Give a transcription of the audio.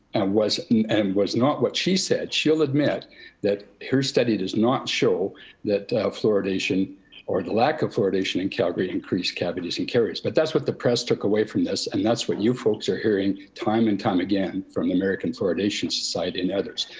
and was and was not what she said. she'll admit that her study does not show that fluoridation or the lack of fluoridation in calgary increased cavities and caries, but that's what the press took away from this. and that's what you folks are hearing time and time again from the american fluoridation society and others.